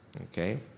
okay